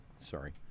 Sorry